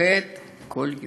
פוחת בכל יום.